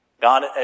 God